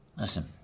Listen